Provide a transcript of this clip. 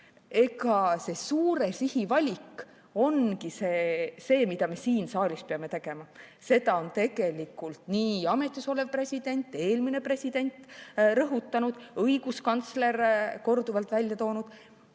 Aga see suure sihi valik ongi see, mida meie siin saalis peame tegema. Seda on tegelikult nii ametis olev president kui ka eelmine president rõhutanud ja õiguskantsler on korduvalt välja toonud.